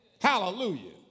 Hallelujah